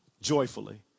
Joyfully